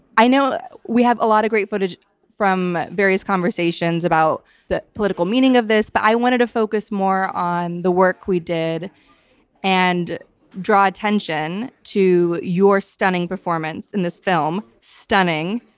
i know we have a lot of great footage from various conversations about the political meaning of this, but i wanted to focus more on the work we did and draw attention to your stunning performance in this film. stunning.